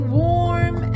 warm